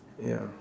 ya